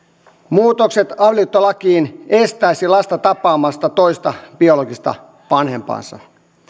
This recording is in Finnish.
muutokset avioliittolakiin estäisivät lasta tapaamasta toista biologista vanhempaansa